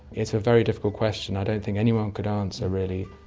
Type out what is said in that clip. it's a very difficult question. i don't think anyone could answer really,